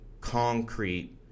concrete